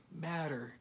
matter